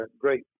great